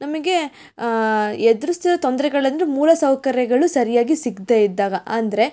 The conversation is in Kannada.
ನಮಗೆ ಎದುರಿಸಿದ ತೊಂದರೆಗಳೆಂದ್ರೆ ಮೂಲ ಸೌಕರ್ಯಗಳು ಸರಿಯಾಗಿ ಸಿಕ್ಕದೇ ಇದ್ದಾಗ ಅಂದರೆ